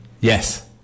Yes